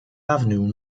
avenue